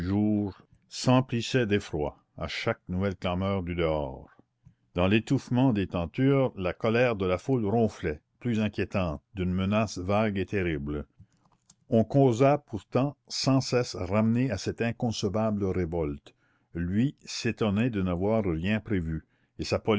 du jour s'emplissait d'effroi à chaque nouvelle clameur du dehors dans l'étouffement des tentures la colère de la foule ronflait plus inquiétante d'une menace vague et terrible on causa pourtant sans cesse ramené à cette inconcevable révolte lui s'étonnait de n'avoir rien prévu et sa